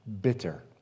bitter